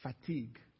fatigue